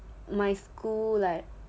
my school like